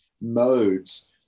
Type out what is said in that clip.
modes